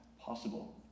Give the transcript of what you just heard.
possible